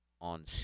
on